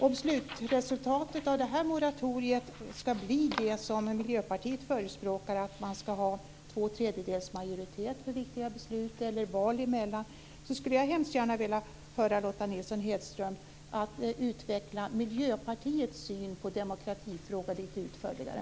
Om slutresultatet av detta moratorium ska bli det som Miljöpartiet förespråkar, att man ska ha två tredjedels majoritet för viktiga beslut eller val emellan, så skulle jag väldigt gärna vilja be Lotta Nilsson Hedström att utveckla Miljöpartiets syn på demokratifrågor lite utförligare.